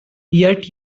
yet